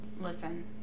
listen